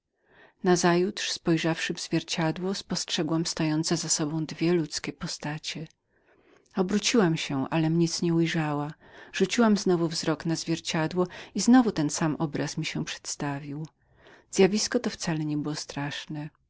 rana gdy zulejka przyniesła mi zwierciadło spostrzegłam stojące za sobą dwie ludzkie postacie obróciłam się alem nic nie ujrzała rzuciłam znowu wzrok na zwierciadło i znowu ten sam obraz mi się przedstawił wreszcie zjawisko to wcale nie było strasznem